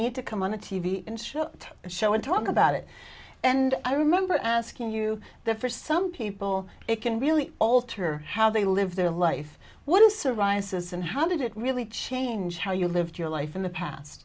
need to come on a t v show and talk about it and i remember asking you that for some people it can really alter how they live their life what is psoriasis and how did it really change how you lived your life in the past